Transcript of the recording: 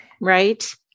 right